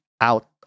out